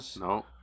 No